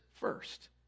first